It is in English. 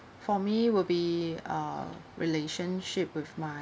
for me will be uh relationship with my